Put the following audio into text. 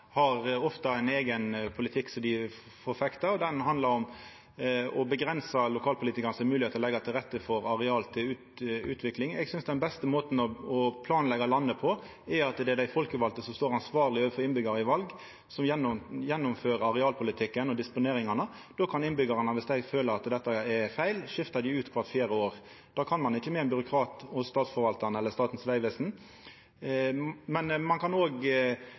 har ofte ein eigen politikk dei forfektar, og den handlar om å avgrensa lokalpolitikarane si moglegheit til å leggja til rette for areal til utvikling. Eg synest den beste måten å planleggja landet på er at det er dei folkevalde som står ansvarlege overfor innbyggjarane i val, og som gjennomfører arealpolitikken og disponeringane. Då kan innbyggjarane, viss dei føler dette er feil, skifta dei ut kvart fjerde år. Det kan ein ikkje med ein byråkrat hos Statsforvaltaren eller Statens vegvesen. Ein kan